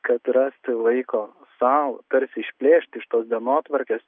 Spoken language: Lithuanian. kad rasti laiko sau tarsi išplėšti iš tos dienotvarkės